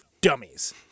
dummies